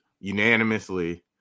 unanimously